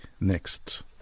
next